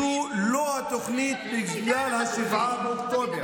אני רוצה להגיד שזו לא התוכנית בגלל 7 באוקטובר.